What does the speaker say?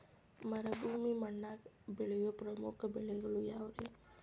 ಮರುಭೂಮಿ ಮಣ್ಣಾಗ ಬೆಳೆಯೋ ಪ್ರಮುಖ ಬೆಳೆಗಳು ಯಾವ್ರೇ?